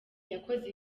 yakoze